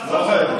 ההתקוטטות הזאת?